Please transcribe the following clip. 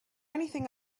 anything